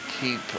keep